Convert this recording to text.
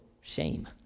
shame